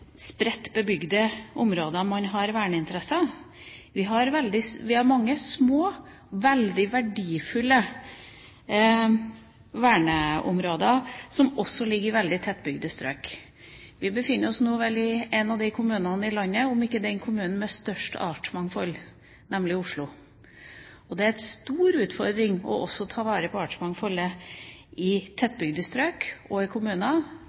områder man har verneinteresser. Vi har også mange små, veldig verdifulle verneområder, som ligger i tettbygde strøk. Vi befinner oss vel nå i en av de kommunene i landet – om ikke den kommunen – med størst artsmangfold, nemlig Oslo. Det er en stor utfordring å ta vare på artsmangfoldet i tettbygde strøk og i kommuner